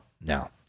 now